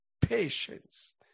patience